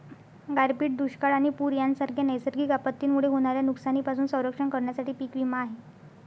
गारपीट, दुष्काळ आणि पूर यांसारख्या नैसर्गिक आपत्तींमुळे होणाऱ्या नुकसानीपासून संरक्षण करण्यासाठी पीक विमा आहे